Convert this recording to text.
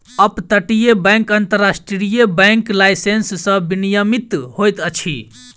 up तटीय bank अन्तर्राष्ट्रीय bank licence सॅ विनियमित होइत अछि